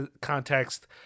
context